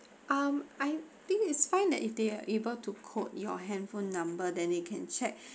um I think it's fine that if they are able to call your handphone number then you can check